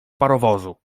parowozu